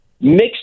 mixed